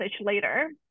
later